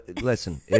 Listen